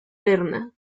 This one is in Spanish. berna